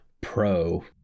Pro